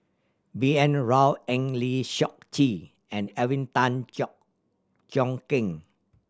B N Rao Eng Lee Seok Chee and Alvin Tan Cheong Kheng